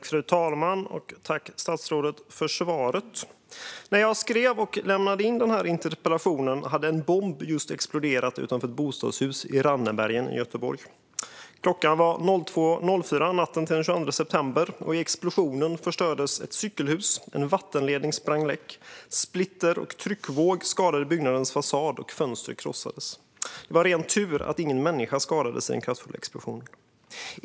Fru talman! Tack, statsrådet, för svaret! När jag skrev och lämnade in den här interpellationen hade en bomb just exploderat utanför ett bostadshus i Rannebergen i Göteborg. Klockan var 02.04 natten till den 22 september, och i explosionen förstördes ett cykelhus, en vattenledning sprang läck, splitter och tryckvåg skadade byggnadens fasad och fönster krossades. Det var ren tur att ingen människa skadades i den kraftfulla explosionen.